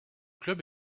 club